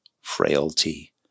frailty